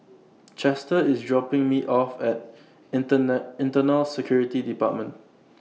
Chester IS dropping Me off At Internet Internal Security department